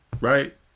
right